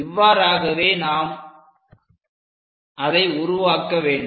இவ்வாறாகவே அதை நாம் உருவாக்க வேண்டும்